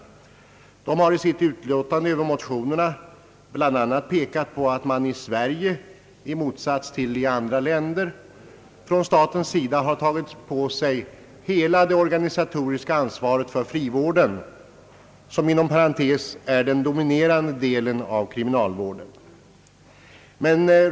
Styrelsen har i sitt yttrande över motionerna bl.a. pekat på att staten i Sverige i motsats till vad som är fallet i andra länder har tagit på sig hela det organisatoriska ansvaret för frivården — som inom parentes sagt är den dominerande delen av kriminalvården.